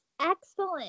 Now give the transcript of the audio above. excellent